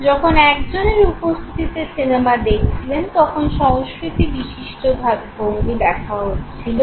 যখন একজনের উপস্থিতিতে সিনেমা দেখছিলেন তখন সংস্কৃতি বিশিষ্ট ভাব ভঙ্গি দেখা হচ্ছিলো